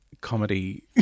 comedy